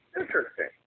Interesting